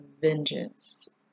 vengeance